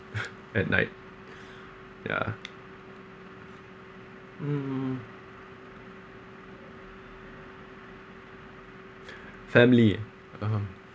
at night ya mm family ah